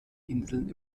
inseln